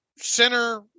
Center